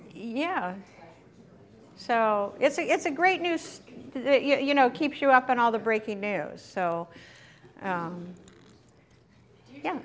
yeah so it's a it's a great news you know keeps you up on all the breaking news so yeah